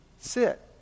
sit